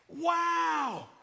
Wow